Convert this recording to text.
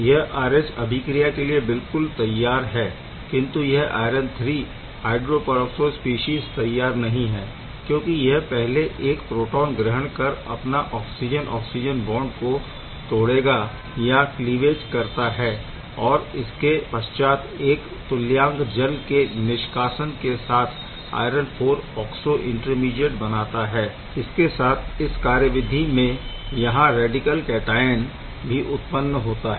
यह RH अभिक्रिया के लिए बिलकुल तैयार है किंतु यह आयरन III हय्ड्रोपरऑक्सो स्पीशीज़ तैयार नहीं है क्योंकि यह पहले एक प्रोटोन ग्रहण कर अपना ऑक्सिजन ऑक्सिजन बॉन्ड को तोड़ेगा या क्लिवेज करता है और इसके पश्चात एक तुल्यांक जल के निष्कासन के साथ आयरन IV ऑक्सो इंटरमीडीऐट बनाता है इसके साथ इस कार्यविधि में यहाँ रैडिकल कैटआयन भी उत्पन्न होता है